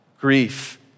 Grief